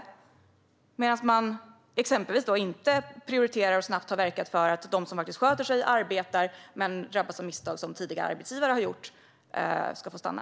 Samtidigt prioriterar vi exempelvis inte, eller verkar snabbt för, att de som sköter sig och arbetar men drabbas av misstag som tidigare arbetsgivare har gjort ska få stanna.